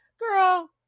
Girl